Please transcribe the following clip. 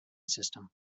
system